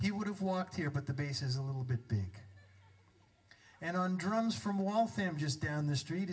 he would have worked here but the bass is a little bit big and on drums from waltham just down the street